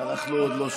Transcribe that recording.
אנחנו עוד לא שם.